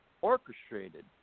orchestrated